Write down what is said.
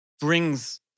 brings